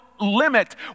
limit